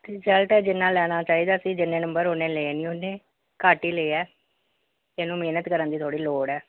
result ਹੈ ਜਿੰਨਾ ਲੈਣਾ ਚਾਹੀਦਾ ਸੀ ਜਿੰਨੇ ਨੰਬਰ ਉੱਨੇ ਲਏ ਨਹੀਂ ਉਹਨੇ ਘੱਟ ਹੀ ਲਏ ਆ ਇਹਨੂੰ ਮਿਹਨਤ ਕਰਨ ਦੀ ਥੋੜ੍ਹੀ ਲੋੜ ਹੈ